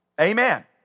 amen